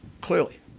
clearly